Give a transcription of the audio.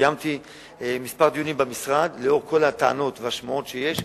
קיימתי כמה דיונים במשרד לנוכח כל הטענות והשמועות שיש.